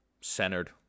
centered